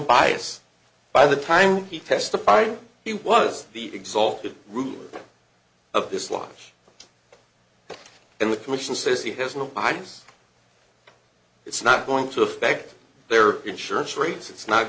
bias by the time he testified he was the exalted root of this lot and the commission says he has no eyes it's not going to affect their insurance rates it's not